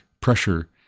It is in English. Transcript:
pressure